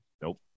Nope